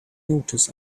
notice